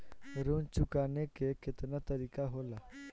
ऋण चुकाने के केतना तरीका होला?